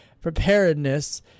preparedness